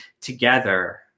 together